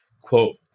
quote